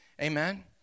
Amen